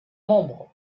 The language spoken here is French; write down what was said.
membres